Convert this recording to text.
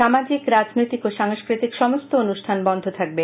সামাজিক রাজনৈতিক ও সাংস্কৃতিক সমস্ত অনুষ্ঠান বন্ধ থাকবে